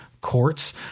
courts